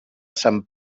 sant